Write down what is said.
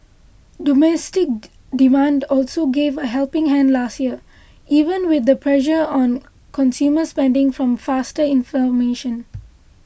domestic demand also gave a helping hand last year even with the pressure on consumer spending from faster inflation